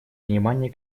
внимания